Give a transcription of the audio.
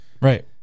Right